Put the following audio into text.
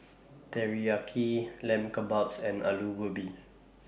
Teriyaki Lamb Kebabs and Alu Gobi